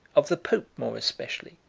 of the pope more especially,